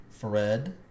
Fred